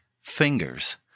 fingers